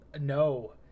no